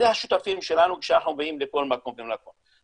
אלה השותפים שלנו כשאנחנו באים לכל מקום ומקום.